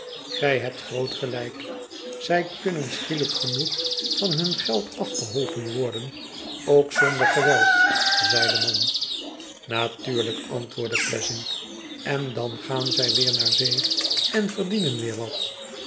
gij hebt groot gelijk zij kunnen schielijk genoeg van hun geld afgeholpen worden ook zonder geweld zei de man natuurlijk antwoordde pleasant ten dan gaan zij weer naar zee en verdienen weer wat